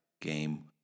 game